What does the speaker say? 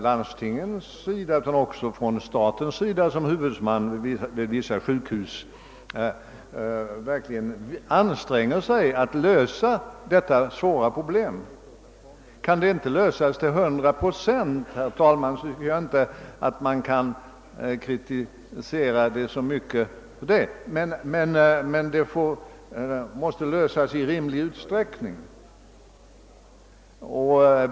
Landstingen och även staten som huvudman för vissa sjukhus måste anstränga sig att lösa detta svåra problem. Kan det inte lösas till hundra procent, anser jag inte att detta bör föranleda så hård kritik, men problemet måste lösas i rimlig utsträckning.